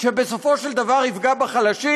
שבסופו של דבר יפגע בחלשים.